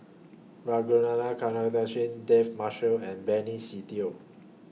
Ragunathar David Marshall and Benny Se Teo